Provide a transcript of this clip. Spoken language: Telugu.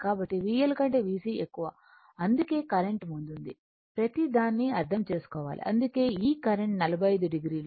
కాబట్టి VL కంటే VC ఎక్కువ అందుకే కరెంట్ ముందుంది ప్రతిదాన్ని అర్థం చేసుకోవాలి అందుకే ఈ కరెంట్ 45 o